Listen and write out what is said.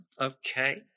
okay